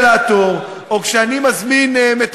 כשאני מזמין אינסטלטור,